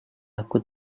aku